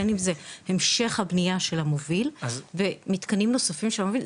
בין אם זה המשך הבנייה של המוביל ומתקנים נוספים של המוביל.